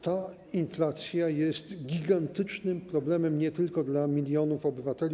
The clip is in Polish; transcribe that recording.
Ta inflacja jest gigantycznym problemem nie tylko dla milionów obywateli.